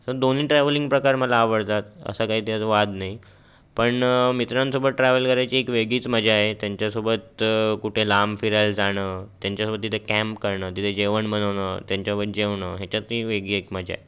तर दोन्ही ट्रॅव्हलिंग प्रकार मला आवडतात असं काही त्यात वाद नाही पण मित्रांसोबत ट्रॅव्हल करायची एक वेग्गीच मजा आहे त्यांच्यासोबत कुठे लांब फिरायला जाणं त्यांच्यासोबत तिथे कॅम्प करणं तिथे जेवण बनवणं त्यांच्यासोबत जेवणं ह्याच्यात वेगळी एक मजा आहे